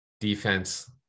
Defense